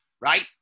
right